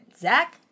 Zach